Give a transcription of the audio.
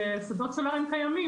על שדות סולאריים קיימים,